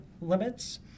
limits